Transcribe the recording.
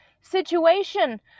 situation